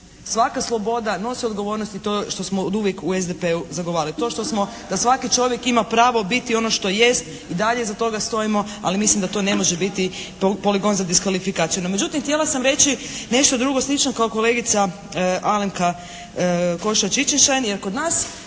Svaka sloboda nosi odgovornost i to što smo oduvijek u SDP-u zagovarali. To što smo, da svaki čovjek ima pravo biti ono što jest i dalje iza toga stojimo ali mislimo da to ne može biti poligon za diskvalifikaciju. Međutim htjela sam reći nešto drugo slično kao kolegica Alenka Košiša Čičin-Šain jer kod nas,